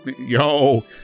yo